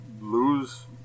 lose